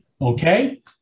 Okay